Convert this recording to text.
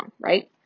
right